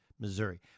Missouri